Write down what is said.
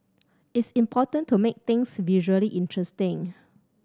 it's important to make things visually interesting